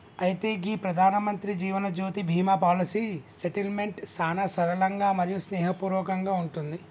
అయితే గీ ప్రధానమంత్రి జీవనజ్యోతి బీమా పాలసీ సెటిల్మెంట్ సానా సరళంగా మరియు స్నేహపూర్వకంగా ఉంటుంది